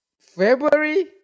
February